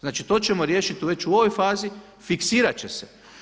Znači to ćemo riješiti već u ovoj fazi, fiksirat će se.